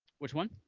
which one?